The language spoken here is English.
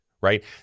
right